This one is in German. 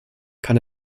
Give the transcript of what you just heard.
kann